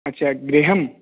अच्चा गृहम्